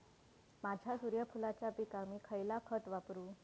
माझ्या सूर्यफुलाच्या पिकाक मी खयला खत वापरू?